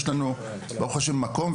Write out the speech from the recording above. יש לנו ברוך ה' מקום,